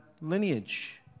lineage